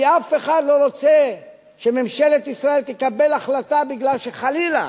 כי אף אחד לא רוצה שממשלת ישראל תקבל החלטה מפני שחלילה